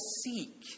seek